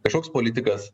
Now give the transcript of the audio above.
kažkoks politikas